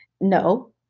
no